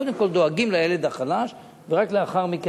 קודם כול דואגים לילד החלש ורק לאחר מכן